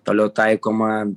toliau taikoma